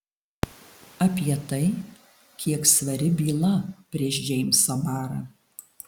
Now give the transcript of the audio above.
apie tai kiek svari byla prieš džeimsą barą